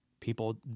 People